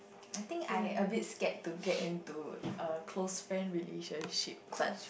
I think I a bit scared to get into a close friend relationship but